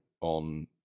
on